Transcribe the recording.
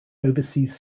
overseas